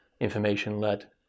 information-led